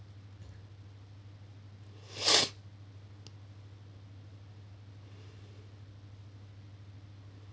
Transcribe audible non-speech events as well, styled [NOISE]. [NOISE]